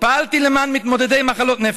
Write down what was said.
פעלתי למען מתמודדי מחלות נפש.